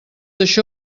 això